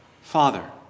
Father